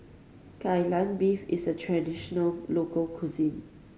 Kai Lan Beef is a traditional local cuisine